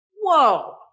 Whoa